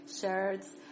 shirts